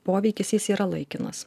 poveikis jis yra laikinas